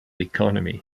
economy